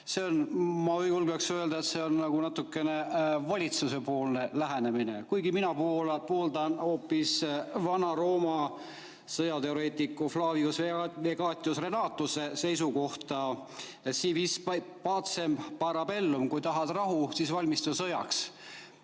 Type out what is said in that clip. saa!" Ma julgeks öelda, et see on nagu natukene valitsusepoolne lähenemine. Mina pooldan hoopis Vana-Rooma sõjateoreetiku Flavius Vegetius Renatuse seisukohtasi vis pacem, para bellum. Kui tahad rahu, siis valmistu sõjaks.